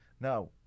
Now